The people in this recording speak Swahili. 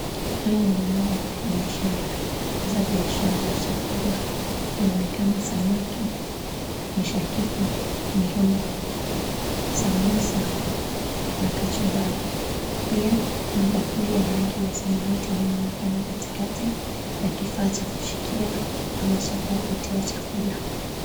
Haya ni mandhari ya biashara hasa biashara ya chakula. Inaonekana samaki, mishakiki , mihogo, samosa na kachumbari. pia kuna bakuli ya rangi ya samawati inayoonekana katikati na kifaa cha kushikia ama kuokotea chakula.